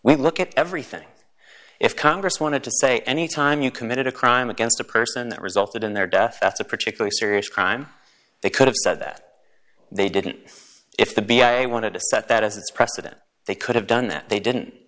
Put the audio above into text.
we look at everything if congress wanted to say any time you committed a crime against a person that resulted in their death that's a particularly serious crime they could have said that they didn't if the b i wanted to set that as it's precedent they could have done that they didn't